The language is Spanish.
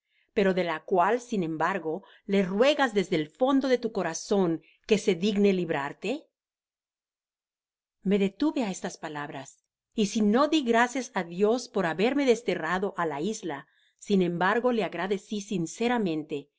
pero de la cual sin embargo le ruegas desde el fondo de tu corazon que se digne librarte me detuve á estas palabras y si no di gracias á dios por haberme desterrado á la isla sin embargo le agradeci sinceramente